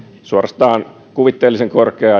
suorastaan kuvitteellisen korkeaa